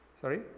Sorry